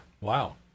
Wow